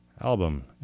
album